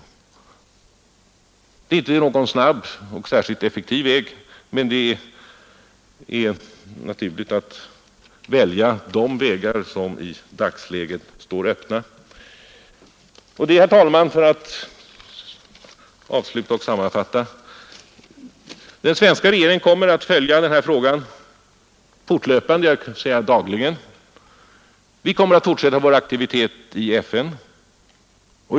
Det är inte någon snabb och särskilt effektiv väg, men det är naturligt att välja de vägar som i dagsläget står öppna. Herr talman! För att avsluta och sammanfatta vill jag säga att den svenska regeringen kommer att följa denna fråga fortlöpande — jag kan säga dagligen. Vi kommer att fortsätta vår aktivitet i FN.